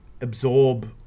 absorb